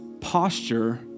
Posture